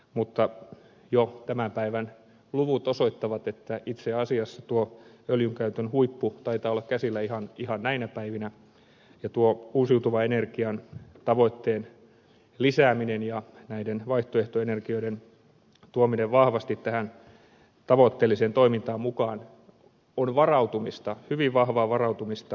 mutta jo tämän päivän luvut osoittavat että itse asiassa tuo öljynkäytön huippu taitaa olla käsillä ihan näinä päivinä ja tuo uusiutuvan energian tavoitteen lisääminen ja näiden vaihtoehtoenergioiden tuominen vahvasti tähän tavoitteelliseen toimintaan mukaan on hyvin vahvaa varautumista tulevaisuuteen